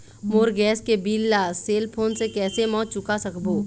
मोर gas के bill ला cell phone से कैसे म चुका सकबो?